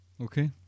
Okay